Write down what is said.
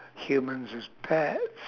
humans as pets